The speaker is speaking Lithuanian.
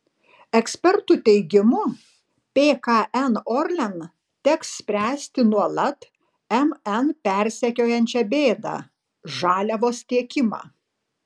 ekspertų teigimu pkn orlen teks spręsti nuolat mn persekiojančią bėdą žaliavos tiekimą